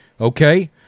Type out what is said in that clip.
okay